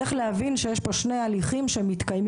צריך להבין שיש פה שני הליכים שמתקיימים.